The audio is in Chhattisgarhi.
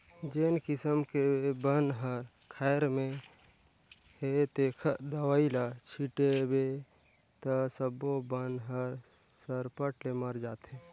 जेन किसम के बन हर खायर में हे तेखर दवई ल छिटबे त सब्बो बन हर सरपट ले मर जाथे